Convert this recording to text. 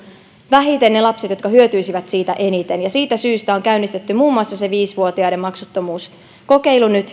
vähiten ne lapset jotka hyötyisivät siitä eniten ja siitä syystä on käynnistetty nyt muun muassa viisi vuotiaiden maksuttomuuskokeilu